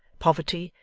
poverty,